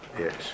Yes